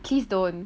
please don't